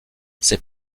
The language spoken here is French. ses